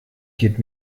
geht